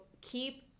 keep